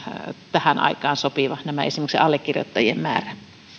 tähän aikaan sopiva esimerkiksi allekirjoittajien määrä